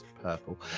purple